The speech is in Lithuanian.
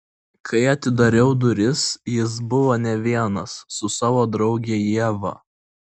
kai atidariau duris jis buvo ne vienas su savo drauge ieva